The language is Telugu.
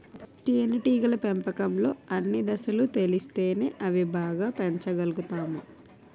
తేనేటీగల పెంపకంలో అన్ని దశలు తెలిస్తేనే అవి బాగా పెంచగలుతాము